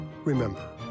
Remember